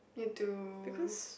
need to